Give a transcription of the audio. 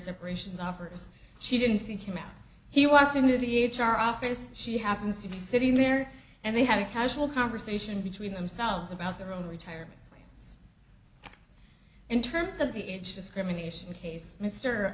separation offers she didn't seek him out he walked into the h r office she happens to be sitting there and they had a casual conversation between themselves about their own retirement in terms of the age discrimination case mr